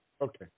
Okay